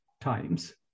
times